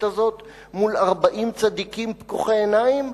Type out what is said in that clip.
הזאת מול 40 צדיקים פקוחי עיניים,